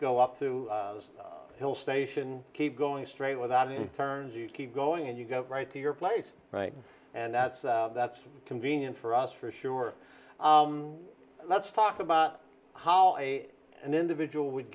go up to the hill station keep going straight without any firms you keep going and you go right to your place right and that's that's convenient for us for sure let's talk about how an individual would